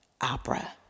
opera